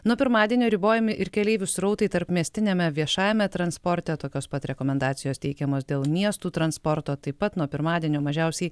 nuo pirmadienio ribojami ir keleivių srautai tarpmiestiniame viešajame transporte tokios pat rekomendacijos teikiamos dėl miestų transporto taip pat nuo pirmadienio mažiausiai